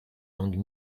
langues